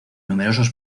numerosos